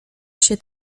się